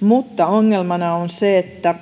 mutta ongelmana on se että